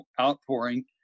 outpouring